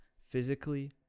physically